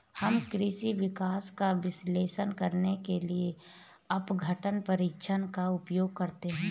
हम कृषि विकास का विश्लेषण करने के लिए अपघटन परीक्षण का उपयोग करते हैं